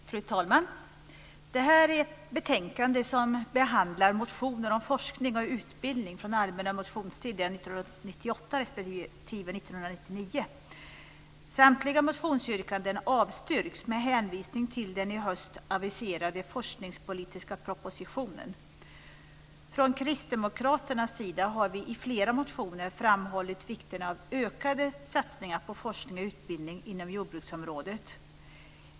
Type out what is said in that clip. Fru talman! Det här är ett betänkande som behandlar motioner om forskning och utbildning från allmänna motionstiden 1998 respektive 1999. Samtliga motionsyrkanden avstyrks med hänvisning till den i höst aviserade forskningspolitiska propositionen. Vi har från kristdemokratisk sida i flera motioner framhållit vikten av ökade satsningar på forskning och utbildning inom jordbruksområdet.